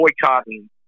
boycotting